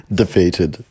defeated